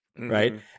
Right